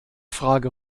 frage